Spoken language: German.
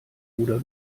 ruder